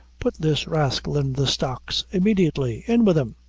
put this rascal in the stocks immediately! in with him!